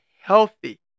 healthy